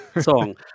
song